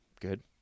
good